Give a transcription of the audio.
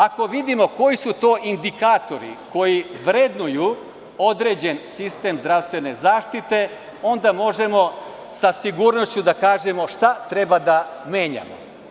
Ako vidimo koji su to indikatori koji vrednuju određen sistem zdravstvene zaštite, onda možemo sa sigurnošću da kažemo šta treba da menjamo.